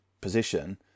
position